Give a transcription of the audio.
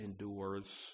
endures